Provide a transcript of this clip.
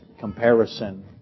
comparison